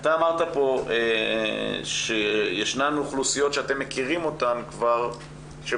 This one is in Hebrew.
אתה אמרת פה שישנן אוכלוסיות שאתם מכירים כבר שמגיעות